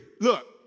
look